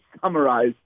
summarize